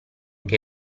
che